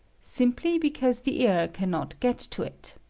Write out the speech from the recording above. simply because the air can not get to it.